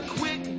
quick